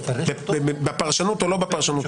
בפרשנות או לא בפרשנות,